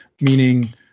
meaning